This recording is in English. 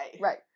Right